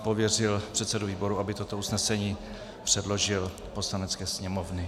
A pověřil předsedu výboru, aby toto usnesení předložil Polanecké sněmovně.